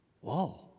Whoa